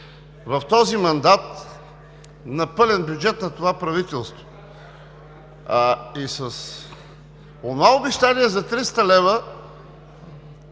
в този мандат на пълен бюджет на това правителство. И с онова обещание за 300 лв.,